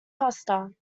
foster